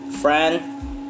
friend